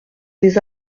des